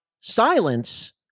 silence